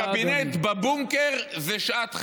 הקבינט בבונקר, זו שעת חירום.